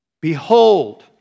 behold